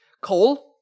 coal